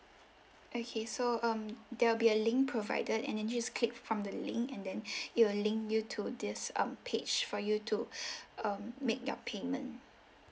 okay so um there will be a link provided and then you just click from the link and then it'll link you to this um page for you to um make your payment